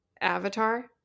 Avatar